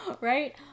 Right